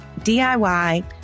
DIY